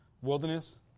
wilderness